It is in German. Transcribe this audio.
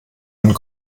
einen